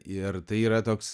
ir tai yra toks